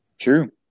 True